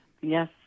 Yes